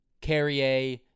Carrier